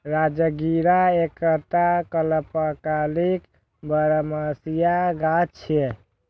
राजगिरा एकटा अल्पकालिक बरमसिया गाछ छियै